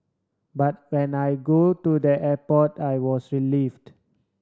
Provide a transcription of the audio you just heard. but when I go to their airport I was relieved